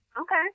Okay